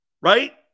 right